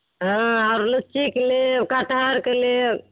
हँ आओर लीचीके लेब कटहरके लेब